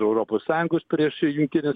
europos sąjungos prieš jungtinės